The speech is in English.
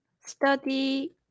study